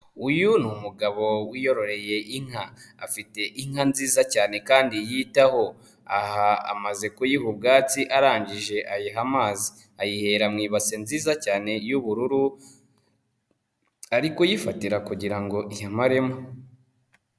Uyu ni umugabo wiyororeye inka, afite inka nziza cyane kandi yitaho, aha amaze kuyiha ubwatsi arangije ayiha amazi ayihera mu ibasi nziza cyane y'ubururu, ari yifatira kugira ngo imaremo.